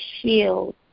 shield